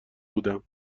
بودم